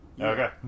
okay